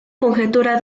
conjetura